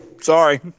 sorry